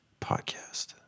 podcast